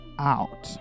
out